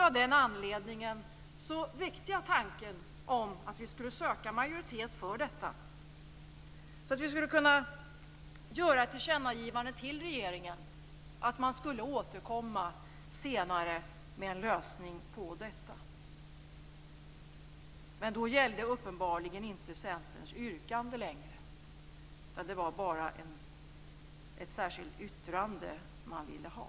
Av den anledningen väckte jag tanken att vi skulle söka majoritet för detta så att vi skulle kunna göra ett tillkännagivande till regeringen om att man skulle återkomma senare med en lösning på detta. Men då gällde uppenbarligen inte Centerns yrkande längre. Det var bara ett särskilt yttrande man ville ha.